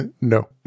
no